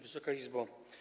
Wysoka Izbo!